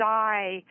die